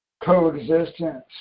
coexistence